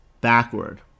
backward